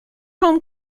home